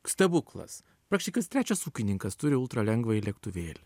stebuklas vapščie kas trečias ūkininkas turi ultralengvąjį lėktuvėlį